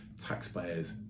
taxpayers